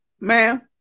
Ma'am